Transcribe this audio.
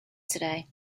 today